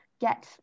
get